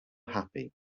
happy